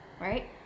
right